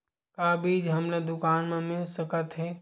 का बीज हमला दुकान म मिल सकत हे?